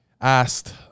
asked